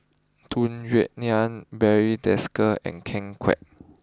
Tung Yue Nang Barry Desker and Ken Kwek